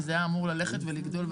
וזה היה אמור ללכת ולגדול.